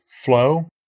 flow